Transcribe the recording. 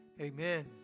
amen